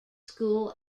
school